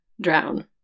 drown